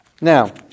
Now